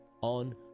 on